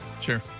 Sure